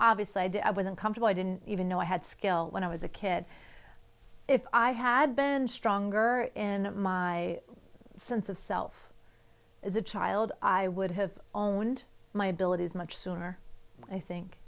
obvious idea i was uncomfortable i didn't even know i had skill when i was a kid if i had been stronger in my sense of self as a child i would have owned my abilities much sooner i think